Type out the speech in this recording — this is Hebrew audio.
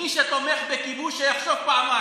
מי שתומך בכיבוש שיחשוב פעמיים.